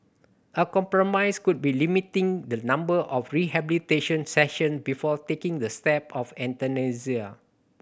a compromise could be limiting the number of rehabilitation session before taking the step of euthanasia